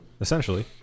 Essentially